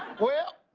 well,